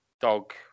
Dog